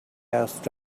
asked